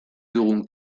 dugun